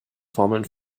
formeln